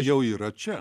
jau yra čia